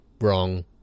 Wrong